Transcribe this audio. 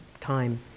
time